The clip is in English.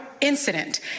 incident